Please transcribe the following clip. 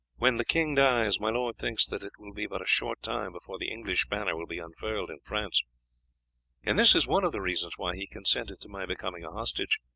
when the king dies, my lord thinks that it will be but a short time before the english banner will be unfurled in france and this is one of the reasons why he consented to my becoming an hostage,